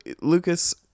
Lucas